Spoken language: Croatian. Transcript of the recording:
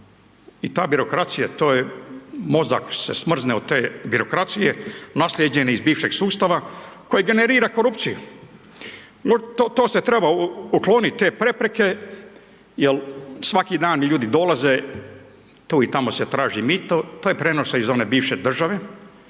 i ta birokracija to je, mozak se smrzne od te birokracije naslijeđene iz bivšeg sustava koji generira korupciju. To se treba uklonit te prepreke jel svaki dan ljudi dolaze, tu i tamo se traži mito, to je prenose iz one bivše države,